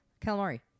Calamari